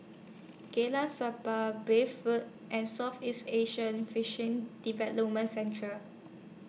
Jalan Sappan Bay For and Southeast Asian Fishing Development Central